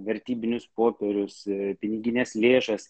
vertybinius popierius ir pinigines lėšas